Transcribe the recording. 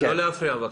לא להפריע בבקשה.